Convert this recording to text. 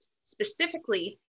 specifically